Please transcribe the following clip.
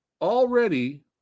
already